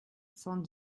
cent